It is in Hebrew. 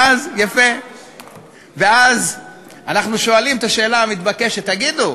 ואז אנחנו שואלים את השאלה המתבקשת: תגידו,